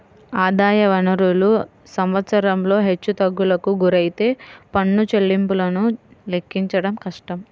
ఆదాయ వనరులు సంవత్సరంలో హెచ్చుతగ్గులకు గురైతే పన్ను చెల్లింపులను లెక్కించడం కష్టం